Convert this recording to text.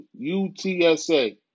UTSA